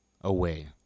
away